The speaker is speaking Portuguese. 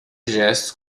gestos